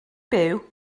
byw